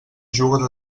juga